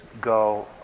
go